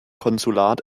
konsulat